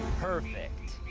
perfect.